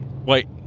Wait